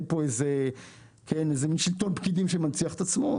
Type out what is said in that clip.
פה איזה מין שלטון פקידים שמנציח את עצמו,